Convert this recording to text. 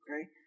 Okay